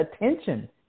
attention